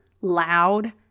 loud